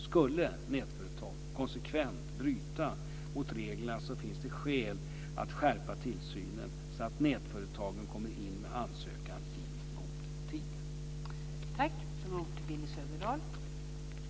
Skulle nätföretag konsekvent bryta mot reglerna finns det skäl att skärpa tillsynen, så att nätföretagen kommer in med ansökan i god tid.